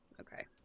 okay